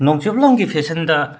ꯅꯣꯡꯆꯨꯞꯂꯣꯝꯒꯤ ꯐꯦꯁꯟꯗ